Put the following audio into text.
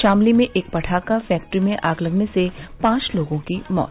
शामली में एक पटाखा फैक्ट्री में आग लगने से पांच लोगों की मौत